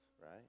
Right